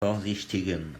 vorsichtigen